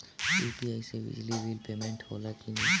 UPI से बिजली bill payment होला कि न?